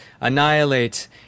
ANNIHILATE